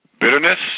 bitterness